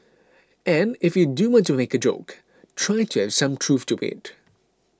and if you do want to make a joke try to have some truth to it